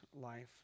life